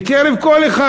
בקרב כל אחד.